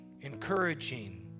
encouraging